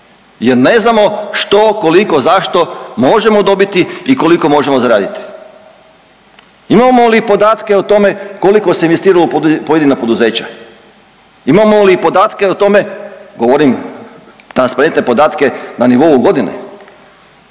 jer ne znamo što, koliko, zašto možemo dobiti i koliko možemo zaraditi. Imamo li podatke o tome koliko se investiralo u pojedina poduzeća? Imamo li podatke o tome, govorim transparentne podatke na nivou godine.